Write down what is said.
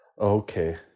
Okay